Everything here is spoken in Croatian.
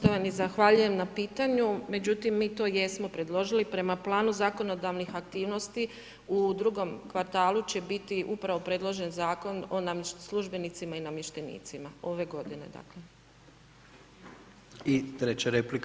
Poštovani, zahvaljujem na pitanju međutim mi to jesmo predložili prema planu zakonodavnih aktivnosti, u drugom kvartalu će biti upravo predložen Zakona o službenicima i namještenicima, ove godine, dakle.